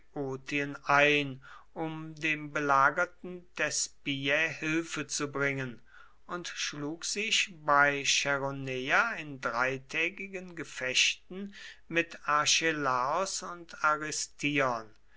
ein um dem belagerten thespiä hilfe zu bringen und schlug sich bei chäroneia in dreitägigen gefechten mit archelaos und